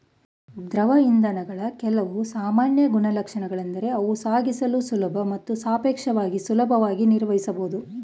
ದ್ರವ ಇಂಧನಗಳ ಕೆಲವು ಸಾಮಾನ್ಯ ಗುಣಲಕ್ಷಣಗಳೆಂದರೆ ಅವು ಸಾಗಿಸಲು ಸುಲಭ ಮತ್ತು ಸಾಪೇಕ್ಷವಾಗಿ ಸುಲಭವಾಗಿ ನಿರ್ವಹಿಸಬಹುದು